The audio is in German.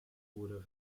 wurde